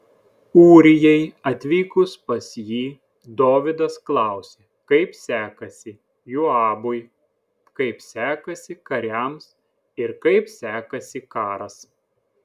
ūrijai atvykus pas jį dovydas klausė kaip sekasi joabui kaip sekasi kariams ir kaip sekasi karas